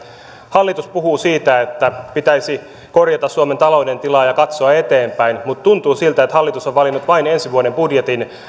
hallitus puhuu siitä että pitäisi korjata suomen talouden tilaa ja katsoa eteenpäin mutta tuntuu siltä että hallitus on valinnut vain ensi vuoden budjetin